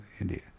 India